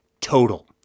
Total